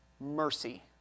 Mercy